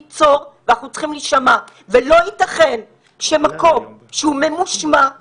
זה רגע ממש דרמטי מאוד להמשך הפעילות ההכרחית לקיומה של חברה אנושית.